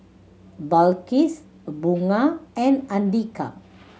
Balqis Bunga and Andika